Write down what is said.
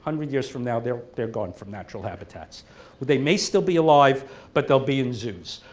hundred years from now they're they're gone from natural habitats but they may still be alive but they'll be in zoos.